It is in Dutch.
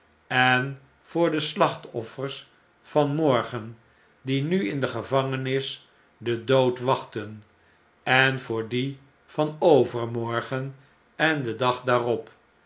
en voor de slachtoffers van morgen die nu in de gevangenis den dood wachtten en voor die van overmorgen en den dag daarop